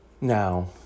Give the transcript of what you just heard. Now